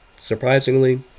surprisingly